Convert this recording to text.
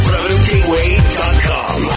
RevenueGateway.com